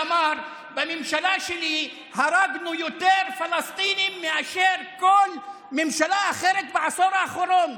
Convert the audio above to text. ואמר: בממשלה שלי הרגנו יותר פלסטינים מאשר כל ממשלה אחרת בעשור האחרון.